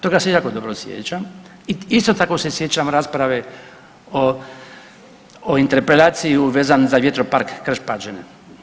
Toga se jako dobro sjećam i isto tako se sjećam rasprave o, o interpelaciji vezno za vjetropark Krš-Pađene.